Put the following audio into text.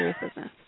business